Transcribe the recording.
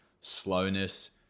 slowness